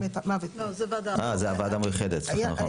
לא, זה ועדה --- אה, זה הוועדה מיוחדת, סליחה.